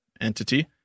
entity